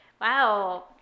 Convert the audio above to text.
wow